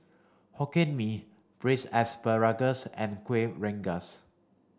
Hokkien Mee braised asparagus and Kueh Rengas